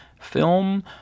film